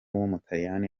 w’umutaliyani